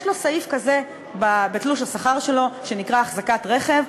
יש לו סעיף כזה בתלוש השכר שלו שנקרא "אחזקת רכב",